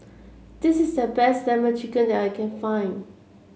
this is the best lemon chicken that I can find